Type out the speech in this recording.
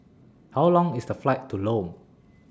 How Long IS The Flight to Lome